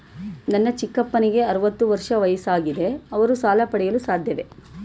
ನನ್ನ ಚಿಕ್ಕಪ್ಪನಿಗೆ ಅರವತ್ತು ವರ್ಷ ವಯಸ್ಸಾಗಿದೆ ಅವರು ಸಾಲ ಪಡೆಯಲು ಸಾಧ್ಯವೇ?